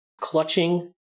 clutching